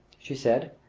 she said,